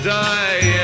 die